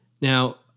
Now